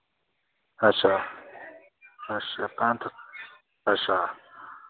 अच्छा अच्छा पैंथल अच्छा